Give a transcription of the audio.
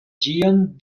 ĝian